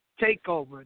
Takeover